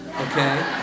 okay